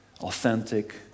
authentic